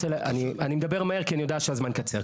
אני מדבר מהר כי אני יודע שהזמן קצר.